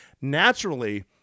Naturally